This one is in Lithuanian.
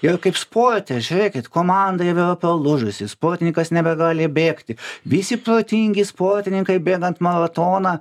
yra kaip sporte žiūrėkit komandai vėl palūžusi sportininkas nebegali bėgti visi protingi sportininkai bėgant maratoną